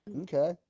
okay